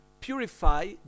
purify